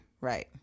Right